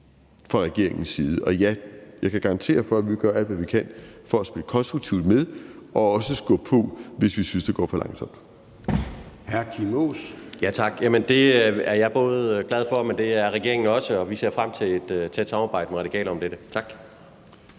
fra regeringens side. Og ja, jeg kan garantere for, at vi vil gøre alt, hvad vi kan, for at spille konstruktivt med og også skubbe på, hvis vi synes det går for langsomt.